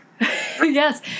Yes